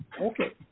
Okay